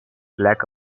black